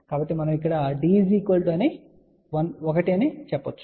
కాబట్టి మనము ఇక్కడ నుండి D 1 అని చెప్పగలం